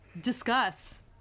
discuss